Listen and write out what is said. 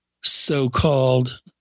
so-called